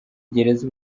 gereza